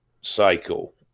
cycle